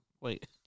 Wait